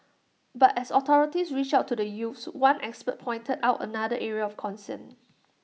but as authorities reach out to the youths one expert pointed out another area of concern